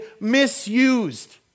misused